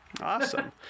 Awesome